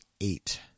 eight